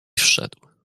wszedł